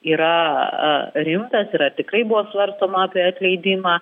yra rimtas ir ar tikrai buvo svarstoma apie atleidimą